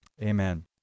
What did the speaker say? Amen